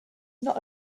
not